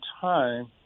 time